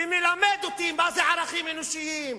מה זה ערכים אנושיים,